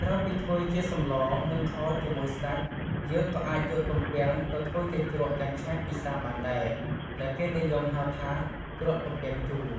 ក្រៅពីធ្វើជាសម្ល និង ខជាមួយសាច់ យើងក៏អាចយកទំពាំងទៅធ្វើជាជ្រក់យ៉ាងឆ្ងាញ់ពិសាបានដែរ ដែលគេនិយមហៅថា ជ្រក់ទំពាងជូរ។